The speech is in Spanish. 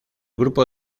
grupo